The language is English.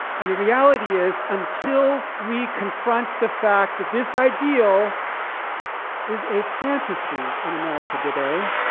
and the reality is until we confront the fact that this ideal is a fantasy in america today,